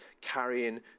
carrying